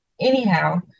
anyhow